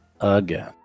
again